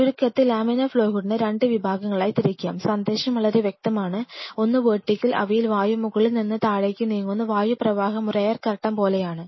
ചുരുക്കത്തിൽ laminar flow ഹൂഡിനെ 2 വിഭാഗങ്ങളായി തിരിക്കാം സന്ദേശം വളരെ വ്യക്തമാണ് ഒന്ന് വെർട്ടിക്കൽ അവയിൽ വായു മുകളിൽ നിന്ന് താഴേക്ക് നീങ്ങുന്നു വായു പ്രവാഹം ഒരു എയർ കർട്ടൻ പോലെയാണ്